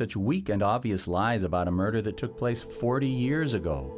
such weekend obvious lies about a murder that took place forty years ago